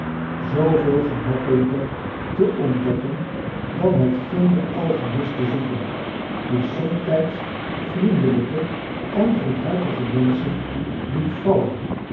zooveel gemakkelijker te ontdekken dan hetgeen de alchimisten zoeken die sointijds vriendelijke en goedhartdge menschen doet vallen